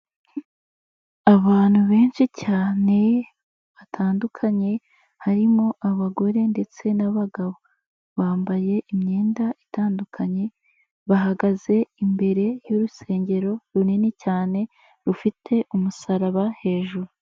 Abantu benshi cyane, batandukanye harimo abagore ndetse n'abagabo. Bambaye imyenda itandukanye, bahagaze imbere y'urusengero, runini cyane, rufite umusaraba hejuru.